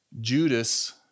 Judas